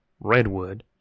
Redwood